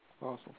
Awesome